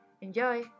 Enjoy